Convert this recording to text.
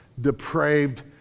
depraved